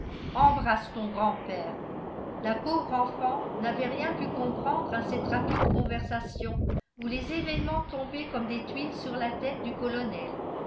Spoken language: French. embrasse ton grand-père la pauvre enfant n'avait rien pu comprendre à cette rapide conversation où les événements tombaient comme des tuiles sur la tête du colonel